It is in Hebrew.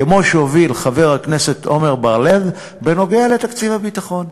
כמו שהוביל חבר הכנסת עמר בר-לב בנוגע לתקציב הביטחון.